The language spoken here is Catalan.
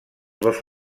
dos